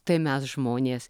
tai mes žmonės